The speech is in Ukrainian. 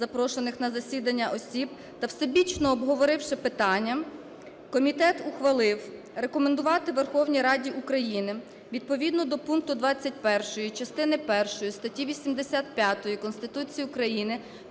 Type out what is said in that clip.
запрошених на засідання осіб та всебічно обговоривши питання, комітет ухвалив рекомендувати Верховній Раді України відповідно до пункту 21 частини 1 статті 85 Конституції України,